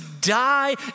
die